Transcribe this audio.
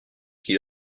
qu’il